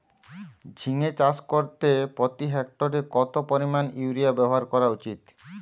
ঝিঙে চাষ করতে প্রতি হেক্টরে কত পরিমান ইউরিয়া ব্যবহার করা উচিৎ?